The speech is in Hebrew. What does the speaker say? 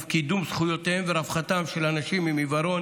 בקידום זכויותיהם ורווחתם של אנשים עם עיוורון